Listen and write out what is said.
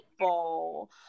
people